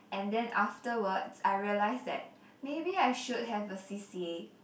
and then afterwards I realized that maybe I should have a c_c_a